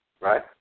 Right